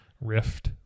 rift